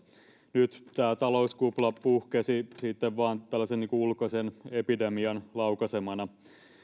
nyt tämä talouskupla puhkesi sitten vain tällaisen ulkoisen epidemian laukaisemana